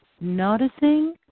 noticing